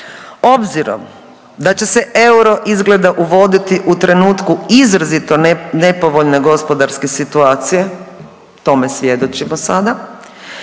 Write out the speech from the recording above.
Obzirom da će se euro izgleda uvoditi u trenutku izrazito nepovoljne gospodarske situacije tome svjedočimo sada,